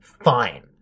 Fine